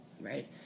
right